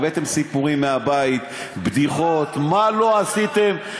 הבאתם סיפורים מהבית, בדיחות, מה לא עשיתם.